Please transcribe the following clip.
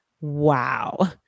Wow